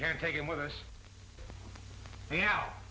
can take him with us now